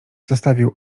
zostawił